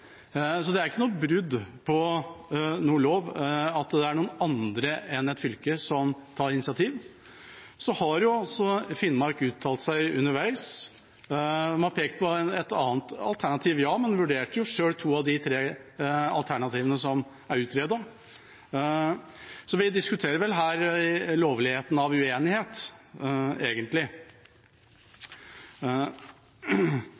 Så kan vi gå til inndelingsloven, som sier at både departement og storting kan ta initiativ. Det er altså ikke brudd på noen lov at det er noen andre enn fylket som tar initiativ. Finnmark har også uttalt seg underveis. De har pekt på et annet alternativ, ja, men de vurderte selv to av de tre alternativene som er utredet. Så vi diskuterer vel her egentlig lovligheten